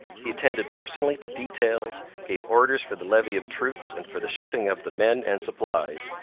he attended personally to details, gave orders for the levy of troops and for the shipping of the men and supplies,